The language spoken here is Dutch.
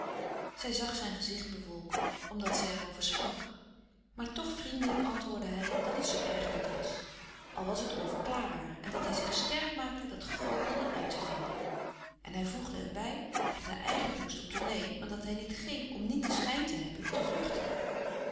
kracht zag zijn gezicht bewolken omdat zij er over sprak maar toch vriendelijk antwoordde hij dat het zoo erg niet was al was het onverklaarbaar en dat hij zich sterk maakte dat gegoochel wel uit te vinden en hij voegde erbij dat hij eigenlijk moest op tournée maar dat hij niet ging om niet den schijn te hebben te vluchten